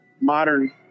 modern